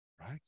Right